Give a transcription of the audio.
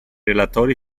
relatori